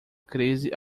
crise